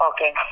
Okay